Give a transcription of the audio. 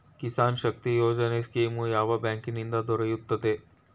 ಕಿಸಾನ್ ಶಕ್ತಿ ಯೋಜನೆ ಸ್ಕೀಮು ಯಾವ ಬ್ಯಾಂಕಿನಿಂದ ದೊರೆಯುತ್ತದೆ?